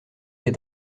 les